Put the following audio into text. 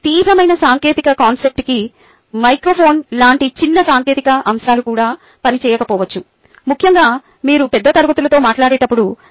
ఇది తీవ్రమైన సాంకేతిక కానప్పటికీ మైక్రోఫోన్ లాంటి చిన్న సాంకేతిక అంశాలు కూడా పని చేయకపోవచ్చు ముఖ్యంగా మీరు పెద్ద తరగతులతో మాట్లాడేటప్పుడు